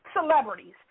celebrities